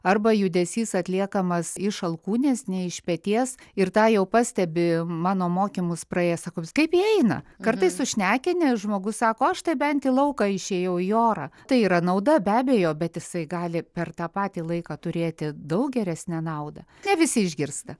arba judesys atliekamas iš alkūnės ne iš peties ir tą jau pastebi mano mokymus praėję sako vis kaip jie eina kartais užšnekini žmogus sako aš tai bent į lauką išėjau į orą tai yra nauda be abejo bet jisai gali per tą patį laiką turėti daug geresnę naudą ne visi išgirsta